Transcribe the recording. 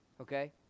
Okay